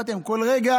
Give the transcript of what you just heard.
אמרתי להם: כל רגע,